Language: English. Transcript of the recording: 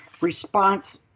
response